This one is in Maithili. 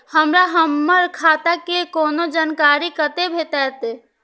हमरा हमर खाता के कोनो जानकारी कते भेटतै